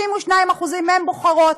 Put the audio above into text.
52% מהן בוחרות.